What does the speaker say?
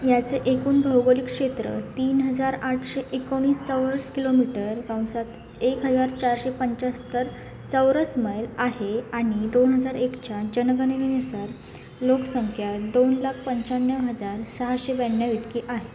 याचे एकूण भौगोलिक क्षेत्र तीन हजार आठशे एकोणीस चौरस किलोमीटर कंसात एक हजार चारशे पंच्याहत्तर चौरस मैल आहे आणि दोन हजार एकच्या जनगणनेनुसार लोकसंख्या दोन लाख पंच्याण्णव हजार सहाशे ब्याण्णव इतकी आहे